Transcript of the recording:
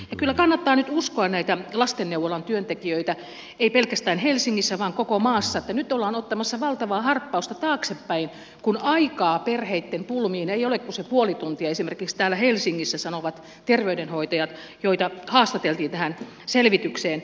kyllä kannattaa nyt uskoa näitä lastenneuvolan työntekijöitä ei pelkästään helsingissä vaan koko maassa että nyt ollaan ottamassa valtavaa harppausta taaksepäin kun aikaa perheitten pulmiin ei ole kuin se puoli tuntia esimerkiksi täällä helsingissä sanovat terveydenhoitajat joita haastateltiin tähän selvitykseen